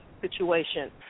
situation